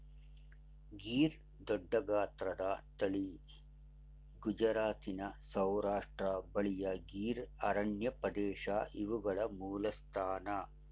ಗೀರ್ ದೊಡ್ಡಗಾತ್ರದ ತಳಿ ಗುಜರಾತಿನ ಸೌರಾಷ್ಟ್ರ ಬಳಿಯ ಗೀರ್ ಅರಣ್ಯಪ್ರದೇಶ ಇವುಗಳ ಮೂಲಸ್ಥಾನ